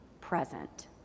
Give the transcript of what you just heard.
present